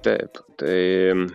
taip tai